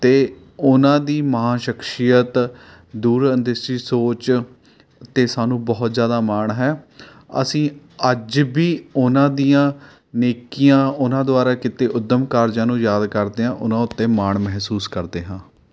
ਅਤੇ ਉਹਨਾਂ ਦੀ ਮਹਾਂ ਸ਼ਖਸ਼ੀਅਤ ਦੂਰ ਅੰਦੇਸੀ ਸੋਚ 'ਤੇ ਸਾਨੂੰ ਬਹੁਤ ਜ਼ਿਆਦਾ ਮਾਣ ਹੈ ਅਸੀਂ ਅੱਜ ਵੀ ਉਹਨਾਂ ਦੀਆਂ ਨੇਕੀਆਂ ਉਹਨਾਂ ਦੁਆਰਾ ਕੀਤੇ ਹੋਏ ਉੱਦਮ ਕਾਰਜਾਂ ਨੂੰ ਯਾਦ ਕਰਦੇ ਹਾਂ ਉਹਨਾਂ ਉੱਤੇ ਮਾਣ ਮਹਿਸੂਸ ਕਰਦੇ ਹਾਂ